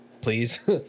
please